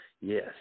Yes